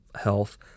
health